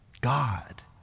God